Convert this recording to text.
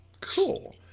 Cool